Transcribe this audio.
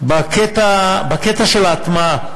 בקטע של ההטמעה.